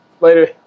Later